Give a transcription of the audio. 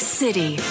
city